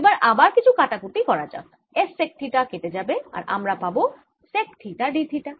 এবার আবার কিছু কাটাকুটি করা যাক S সেক থিটা কেটে যাবে আর আমরা পাবো সেক থিটা d থিটা